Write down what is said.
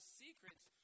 secrets